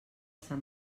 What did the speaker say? sant